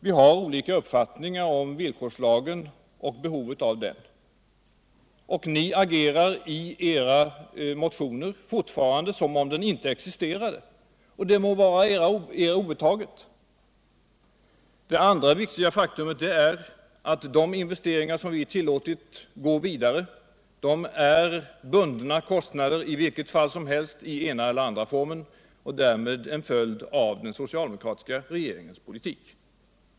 Vi har olika uppfattningar om villkorslagen och behovet äv den. Ni agerar i era motioner fortfarande som om den inte existerade. Det må vara er obetaget. Ett annat viktigt faktum är att de investeringar vi tillåtit gå vidare är bundna poster, i vilket fall som helst i ena eller andra formen, och därmed en följd av den socialdemokratiska regeringens politik.